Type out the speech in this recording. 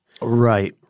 Right